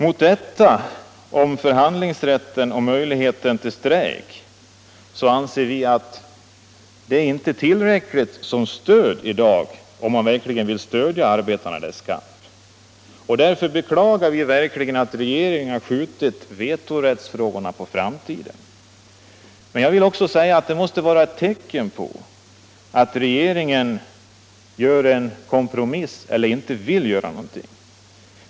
Vi anser att förhandlingsrätten och möjligheten till strejk inte är tillräckligt om man verkligen vill stödja arbetarna i deras kamp. Därför beklagar vi att regeringen har skjutit vetorättsfrågorna på framtiden. Det måste vara ett tecken på att regeringen gör en kompromiss — eller inte vill göra någonting.